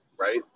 right